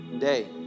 day